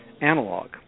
Analog